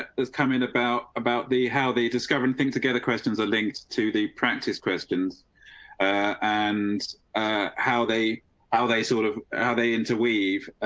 is coming about about the how they discovered thing together. questions are linked to the practice questions and how they are they sort of how they interweave.